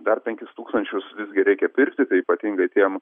dar penkis tūkstančius visgi reikia pirkti tai ypatingai tiem